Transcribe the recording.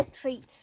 treat